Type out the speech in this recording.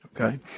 Okay